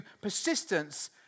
persistence